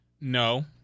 No